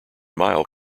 mild